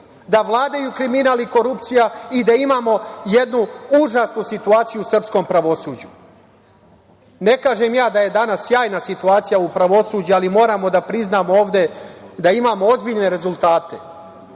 da vladaju kriminal i korupcija i da imamo jednu užasnu situaciju u srpskom pravosuđu. Ne kažem ja da je danas sjajna situacija u pravosuđu, ali moramo da priznamo ovde da imamo ozbiljne rezultate.